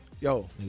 Yo